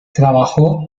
trabajó